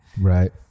Right